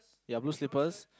ya blue slippers